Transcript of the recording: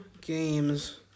games